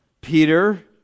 Peter